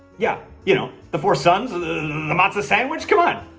yeah, you know the four sons, the the matzah sandwich, come on.